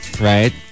right